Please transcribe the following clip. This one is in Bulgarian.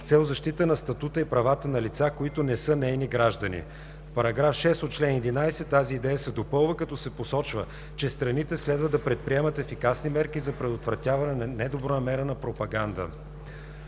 с цел защита на статута и правата на лица, които не са нейни граждани. В § 6 от чл. 11 тази идея се допълва, като се посочва, че страните следва да предприемат ефикасни мерки за предотвратяване на недобронамерена пропаганда.